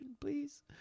please